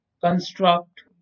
construct